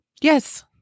yes